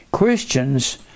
Christians